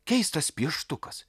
keistas pieštukas